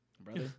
Brother